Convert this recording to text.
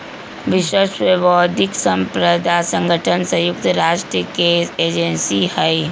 विश्व बौद्धिक साम्पदा संगठन संयुक्त राष्ट्र के एजेंसी हई